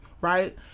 right